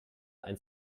ein